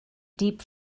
deep